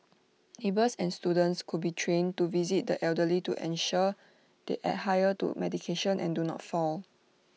neighbours and students could be trained to visit the elderly to ensure they adhere to medication and do not fall